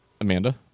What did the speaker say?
Amanda